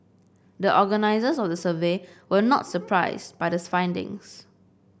the organisers of the survey were not surprised by the findings